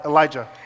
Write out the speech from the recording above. Elijah